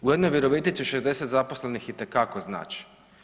U jednoj Virovitici 60 zaposlenih itekako znači.